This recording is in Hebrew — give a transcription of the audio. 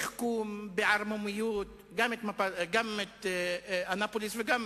בתחכום, בערמומיות, גם את אנאפוליס וגם,